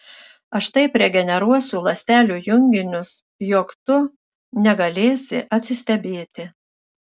aš taip regeneruosiu ląstelių junginius jog tu negalėsi atsistebėti